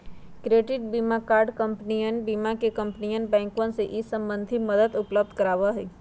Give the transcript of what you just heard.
credit card कंपनियन बीमा कंपनियन बैंकवन ई सब संबंधी मदद उपलब्ध करवावा हई